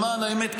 למען האמת,